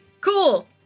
Cool